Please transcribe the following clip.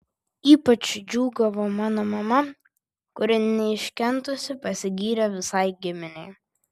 ypač džiūgavo mano mama kuri neiškentusi pasigyrė visai giminei